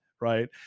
right